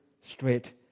straight